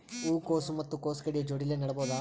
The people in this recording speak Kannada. ಹೂ ಕೊಸು ಮತ್ ಕೊಸ ಗಡ್ಡಿ ಜೋಡಿಲ್ಲೆ ನೇಡಬಹ್ದ?